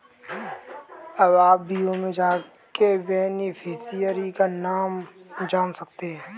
अब आप व्यू में जाके बेनिफिशियरी का नाम जान सकते है